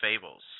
fables